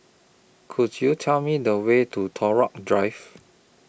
Could YOU Tell Me The Way to Drive